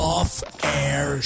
Off-Air